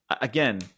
again